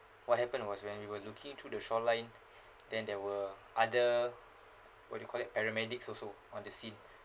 what happened was when we were looking through the shoreline then there were other what do you call that paramedics also on the scene